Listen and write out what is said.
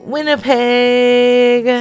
Winnipeg